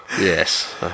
Yes